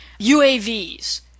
UAVs